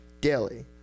daily